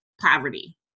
poverty